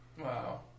Wow